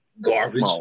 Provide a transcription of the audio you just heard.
Garbage